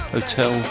Hotel